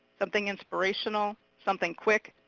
something inspirational. something quick.